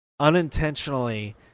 unintentionally